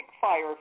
Fire